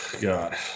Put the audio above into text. God